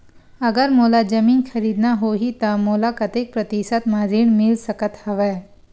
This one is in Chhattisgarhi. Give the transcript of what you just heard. अगर मोला जमीन खरीदना होही त मोला कतेक प्रतिशत म ऋण मिल सकत हवय?